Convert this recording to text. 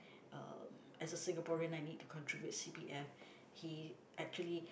uh as a Singaporean I need to contribute c_p_f he actually